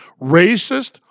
racist